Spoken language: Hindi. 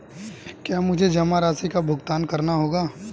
क्या मुझे जमा राशि का भुगतान करना होगा?